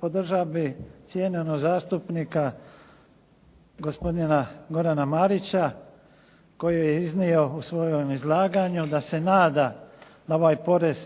podržao bih cijenjenog zastupnika gospodina Gorana Marića koji je iznio u svome izlaganju da se nada da ovaj porez